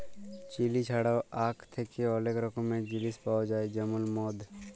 chilli ছাড়াও আখ থ্যাকে অলেক রকমের জিলিস পাউয়া যায় যেমল মদ